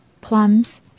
plums